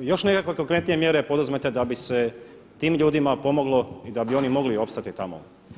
još nekakve konkretnije mjere poduzmete da bi se tim ljudima pomoglo i da bi oni mogli opstati tamo?